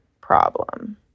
problem